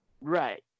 Right